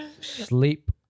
Sleep